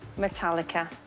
metallica.